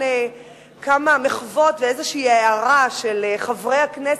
כמה מחוות ואיזו הארה של חברי הכנסת,